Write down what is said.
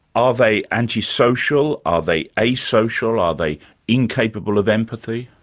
are they antisocial? are they a-social? are they incapable of empathy?